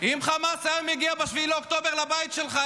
אם חמאס היה מגיע ב-7 באוקטובר לבית שלך,